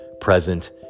present